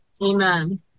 Amen